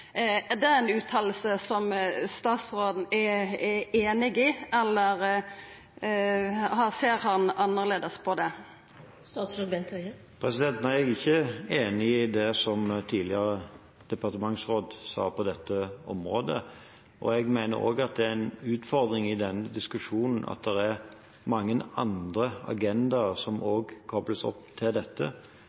Er det ei utsegn som statsråden er einig i, eller ser han annleis på det? Nei, jeg er ikke enig i det som tidligere departementsråd sa på dette området. Jeg mener også at det er en utfordring i denne diskusjonen at det er mange andre agendaer som kobles opp til dette.